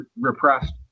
repressed